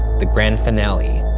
the grand finale,